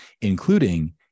including